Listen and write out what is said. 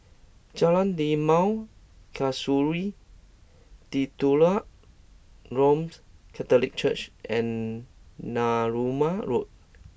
Jalan Limau Kasturi Titular Roman Catholic Church and Narooma Road